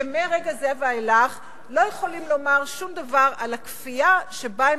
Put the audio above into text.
שמרגע זה ואילך לא יכולים לומר שום דבר על הכפייה שבה הם